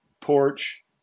Porch